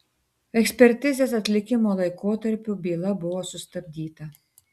ekspertizės atlikimo laikotarpiu byla buvo sustabdyta